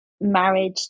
marriage